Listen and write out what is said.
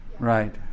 Right